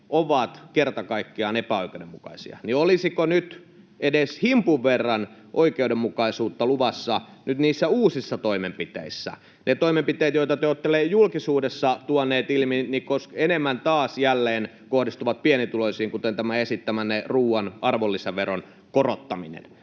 ovat kerta kaikkiaan epäoikeudenmukaisia, niin olisiko nyt edes himpun verran oikeudenmukaisuutta luvassa niissä uusissa toimenpiteissä. Ne toimenpiteet, joita te olette julkisuudessa tuoneet ilmi, enemmän jälleen kohdistuvat pienituloisiin, kuten tämä esittämänne ruuan arvonlisäveron korottaminen.